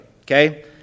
Okay